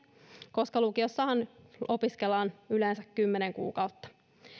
koska lukiossahan opiskellaan yleensä kymmenen kuukautta